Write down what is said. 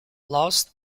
lost